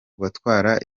batwara